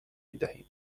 میدهیم